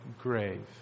grave